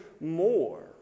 more